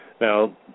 Now